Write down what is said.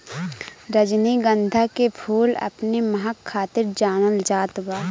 रजनीगंधा के फूल अपने महक खातिर जानल जात बा